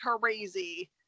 crazy